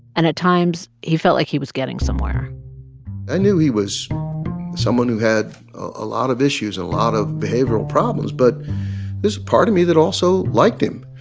and at times, he felt like he was getting somewhere i knew he was someone who had a lot of issues and a lot of behavioral problems. but there's a part of me that also liked him.